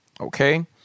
okay